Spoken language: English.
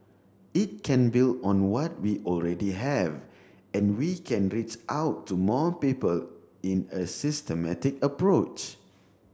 it can build on what we already have and we can reach out to more people in a systematic approach